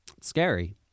Scary